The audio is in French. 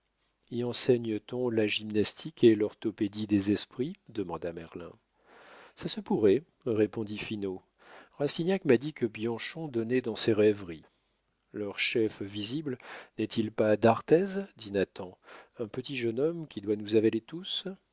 y enseigne t on la gymnastique et l'orthopédie des esprits demanda merlin ça se pourrait répondit finot rastignac m'a dit que bianchon donnait dans ces rêveries leur chef visible n'est-il pas d'arthez dit nathan un petit jeune homme qui doit nous avaler tous